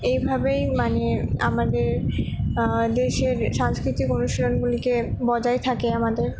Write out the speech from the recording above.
এইভাবেই মানে আমাদের দেশের সাংস্কিতিক অনুষ্ঠানগুলিকে বজায় থাকে আমাদের